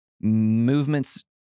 movements